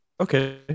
okay